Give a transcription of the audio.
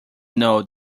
know